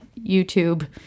YouTube